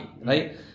right